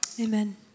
Amen